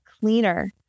cleaner